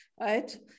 right